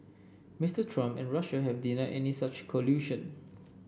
Mister Trump and Russia have denied any such collusion